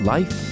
Life